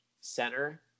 center